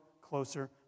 closer